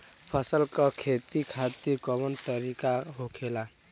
फसल का खेती खातिर कवन तरीका होखेला?